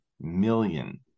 million